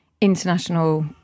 international